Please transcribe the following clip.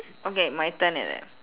okay my turn is it